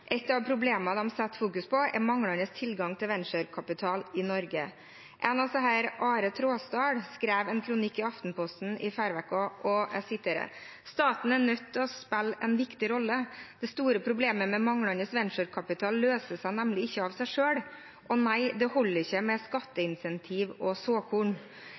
et av problemene de fokuserer på, er manglende tilgang til venturekapital i Norge. En av disse, Are Traasdahl, skrev en kronikk i Aftenposten i forrige uke. Jeg siterer: «Staten er nødt til å spille en viktig rolle. Det store problemet med manglende venturekapital løser seg nemlig ikke av seg selv. Og nei, det holder ikke med skatteincentiver og såkorn.»